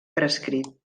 prescrit